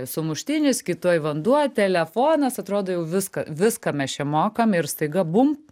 sumuštinis kitoj vanduo telefonas atrodo jau viską viską mes čia mokam ir staiga bum